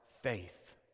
faith